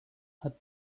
had